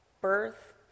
birth